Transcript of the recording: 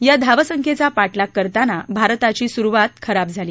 या धावासंख्येचा पाठलाग करताना भारताची सुरुवातच खराब झाली